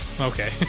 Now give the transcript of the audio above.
okay